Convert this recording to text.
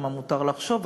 מה מותר לחשוב,